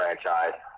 franchise